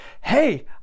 hey